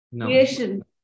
Creation